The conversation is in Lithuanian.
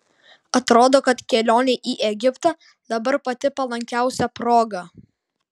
atrodo kad kelionei į egiptą dabar pati palankiausia proga